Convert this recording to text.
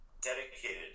dedicated